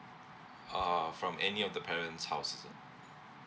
oh from any of the parents' house is it